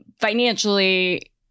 financially